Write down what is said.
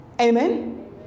Amen